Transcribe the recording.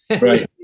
Right